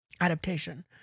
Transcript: adaptation